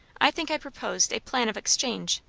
i think i proposed a plan of exchange,